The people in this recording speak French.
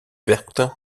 verte